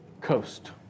coast